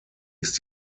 ist